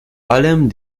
allem